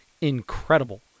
incredible